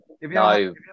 no